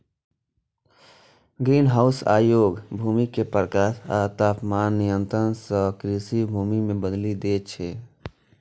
greenhouse अयोग्य भूमि कें प्रकाश आ तापमान नियंत्रण सं कृषि भूमि मे बदलि दै छै